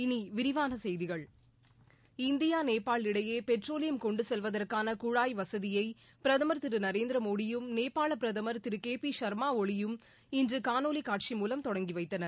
இனி விரிவான செய்திகள் இந்தியா நேபாள் இடையே பெட்ரோலியம் கொண்டு செல்வதற்கான குழாய் வசதியை பிரதம் திரு நரேந்திமோடியும் நேபாள பிரதமர் திரு கே பி ச்மா ஒளியும் இன்று காணொலி காட்சி மூலம் தொடங்கி வைத்தனர்